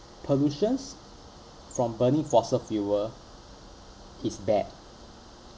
pollutions from burning fossil fuel is bad